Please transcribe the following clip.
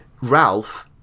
Ralph